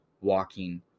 walking